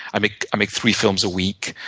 i make i make three films a week,